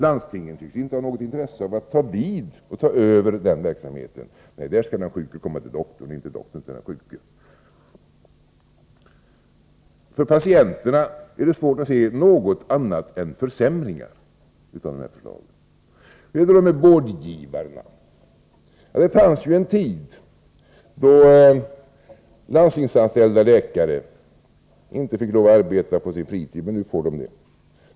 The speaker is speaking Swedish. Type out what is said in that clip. Landstingen tycks inte ha något intresse av att ta över den verksamheten. Landstingen menar att den sjuke skall komma till doktorn och inte doktorn till den sjuke. Det är svårt att se att dessa förslag innebär något annat än försämringar för patienterna. Det fanns en tid då landstingsanställda läkare inte fick lov att arbeta på sin fritid, men nu får de det.